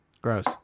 Gross